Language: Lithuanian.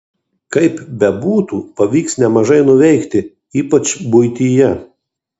kaip bebūtų pavyks nemažai nuveikti ypač buityje